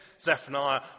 Zephaniah